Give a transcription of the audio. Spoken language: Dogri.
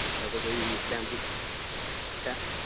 छड़े कोई टैम्पू शैम्पू